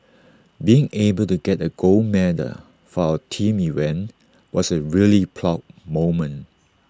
being able to get A gold medal for our team event was A really proud moment